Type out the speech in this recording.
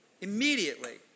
Immediately